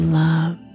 love